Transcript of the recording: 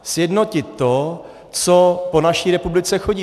Sjednotit to, co po naší republice chodí.